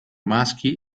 maschi